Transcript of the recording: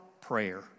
prayer